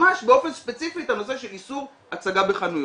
ממש באופן ספציפי את הנושא של איסור הצגה בחנויות.